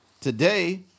today